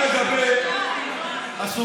ידוע מי מגן על עבריינים.